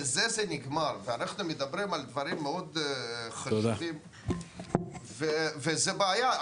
אנחנו מדברים על דברים מאוד חשובים וזו בעיה,